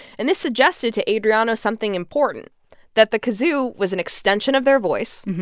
and this suggested to adriano something important that the kazoo was an extension of their voice,